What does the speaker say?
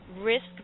risk